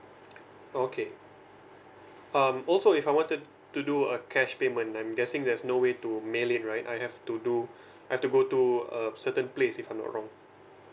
okay um also if I wanted to do a cash payment I'm guessing there's no way to mail it right I have to do I have to go to a certain place if I'm not wrong